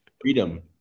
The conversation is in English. freedom